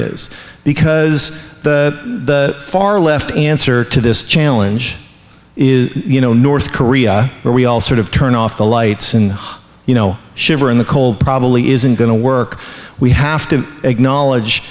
is because the far left answer to this challenge is you know north korea where we all sort of turn off the lights and you know shiver in the cold probably isn't going to work we have to acknowledge